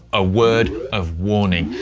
a word of warning.